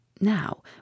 Now